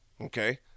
Okay